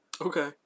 okay